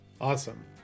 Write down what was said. Awesome